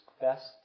best